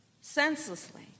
senselessly